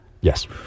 Yes